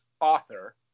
author